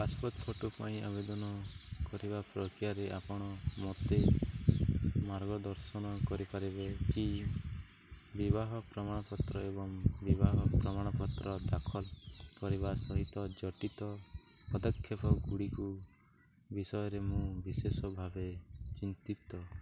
passport ପାଇଁ ଆବେଦନ କରିବା ପ୍ରକ୍ରିୟାରେ ଆପଣ ମୋତେ ମାର୍ଗଦର୍ଶନ କରିପାରିବେ କି ବିବାହ ପ୍ରମାଣପତ୍ର ଏବଂ ବିବାହ ପ୍ରମାଣପତ୍ର ଦାଖଲ କରିବା ସହିତ ଜଡ଼ିତ ପଦକ୍ଷେପଗୁଡ଼ିକ ବିଷୟରେ ମୁଁ ବିଶେଷ ଭାବେ ଚିନ୍ତିତ